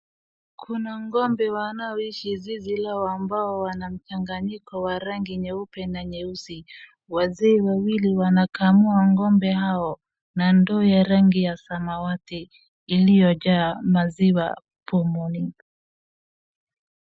Kuna ng'ombe wanaoishi zizi ila wa mbao, wana mchanganyiko wa rangi nyeupe na nyeusi. Wazee wawili wanakamua ng'ombe hao na ndoo ya rangi ya samawati iliyojaa maziwa pumoni.